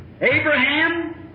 Abraham